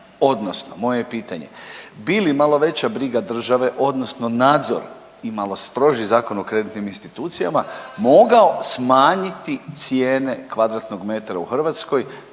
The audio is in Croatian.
odnosno moje je pitanje bi li malo veća briga države odnosno nadzor i malo stroži Zakon o kreditnim institucijama mogao smanjiti cijene kvadratnog metra u Hrvatskoj